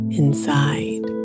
inside